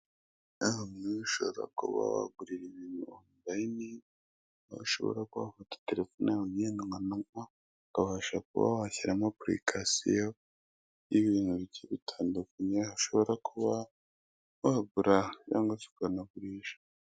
Aha ushobora kuba wagurira ibintu onolayini (online), aho ushobora kufata telefone yawe ngendanwa ukabasha kuba washyiramo apulikasiyo y'ibintu bigiye bitandukanye. Hashobora kuba wagura cyangwa se ukanagurisha.